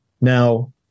Now